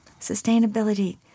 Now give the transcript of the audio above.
sustainability